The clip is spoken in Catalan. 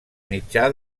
mitjà